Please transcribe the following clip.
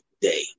day